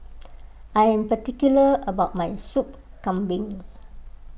I am particular about my Soup Kambing